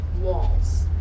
Walls